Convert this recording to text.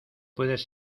puedes